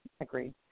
agreed